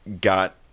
got